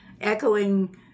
echoing